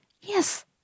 Yes